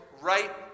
right